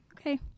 okay